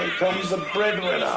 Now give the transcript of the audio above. comes a breadwinner.